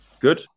Good